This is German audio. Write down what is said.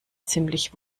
ziemlich